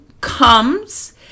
comes